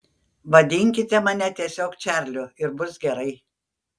vadinkite mane tiesiog čarliu ir bus gerai